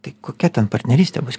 tai kokia ten partnerystė bus